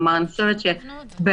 אני חושבת שבגדול,